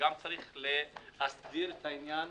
וגם צריך להסדיר את גם את עניין